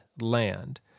land